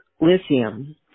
Lithium